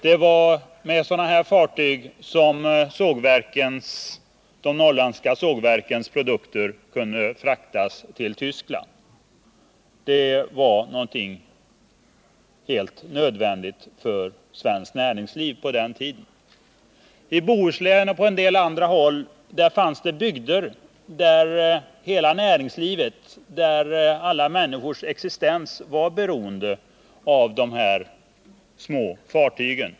Det var med sådana här fartyg som de norrländska sågverkens produkter kunde fraktas till Tyskland. De var helt nödvändiga för svenskt näringsliv på den tiden. I Bohuslän och på en del andra håll fanns det bygder där hela näringslivet, alla människors existens, var beroende av de här små fartygen.